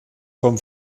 vom